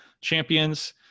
champions